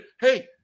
hey